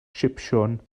sipsiwn